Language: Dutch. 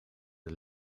het